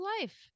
life